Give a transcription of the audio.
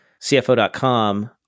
CFO.com